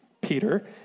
Peter